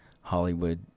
Hollywood